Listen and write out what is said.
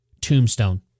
Tombstone